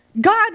God